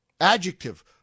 Adjective